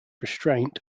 restraint